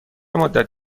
مدت